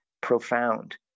profound